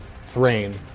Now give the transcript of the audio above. Thrain